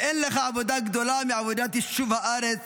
ואין לך עבודה גדולה מעבודת יישוב הארץ